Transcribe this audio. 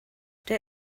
der